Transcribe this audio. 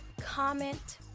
comment